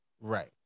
Right